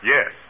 Yes